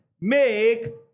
make